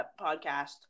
podcast